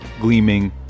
gleaming